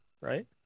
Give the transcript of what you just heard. right